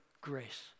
grace